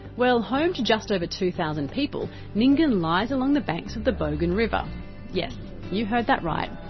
well, home to just over two thousand people, nyngan lies along the banks of the bogan river yes, you heard that right,